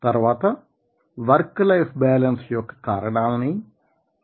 తర్వాత work life balance యొక్క కారణాలనీ పరిణామాలనీ చర్చిద్దాం